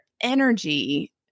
energy